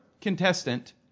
contestant